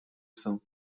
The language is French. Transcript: sang